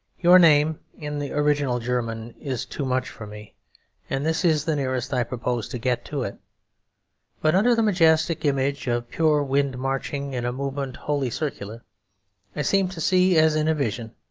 your name in the original german is too much for me and this is the nearest i propose to get to it but under the majestic image of pure wind marching in a movement wholly circular i seem to see, as in a vision,